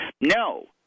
No